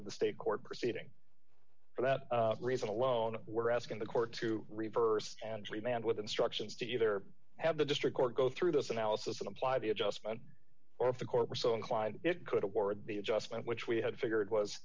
of the state court proceeding for that reason alone we're asking the court to reverse angeline and with instructions to either have the district court go through this analysis and apply the adjustment or if the court were so inclined it could award the adjustment which we had figured was